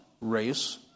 race